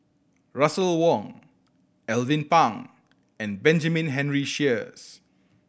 Russel Wong Alvin Pang and Benjamin Henry Sheares